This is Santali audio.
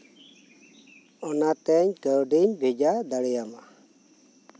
ᱤᱧ ᱚᱱᱟᱛᱮᱧ ᱠᱟᱹᱣᱰᱤᱧ ᱵᱷᱮᱡᱟ ᱫᱟᱲᱮᱣᱟᱢᱟ